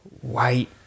white